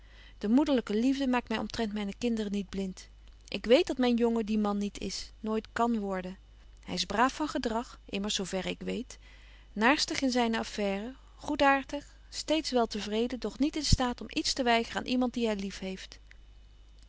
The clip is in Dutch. de moederlyke liefde maakt my omtrent myne kinderen niet blind ik weet dat myn jongen die man niet is nooit kan worden hy is braaf van gedrag immers zo verre ik weet naerstig in zyne affaire goedäartig steeds wel te vreden doch niet in staat om iets te weigeren aan iemand die hy lief heeft